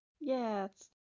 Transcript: Yes